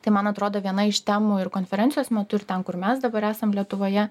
tai man atrodo viena iš temų ir konferencijos metu ir ten kur mes dabar esam lietuvoje